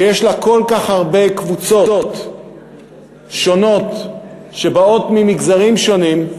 שיש בה כל כך הרבה קבוצות שונות שבאות ממגזרים שונים,